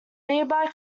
nearby